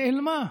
נעלמה.